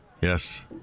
Yes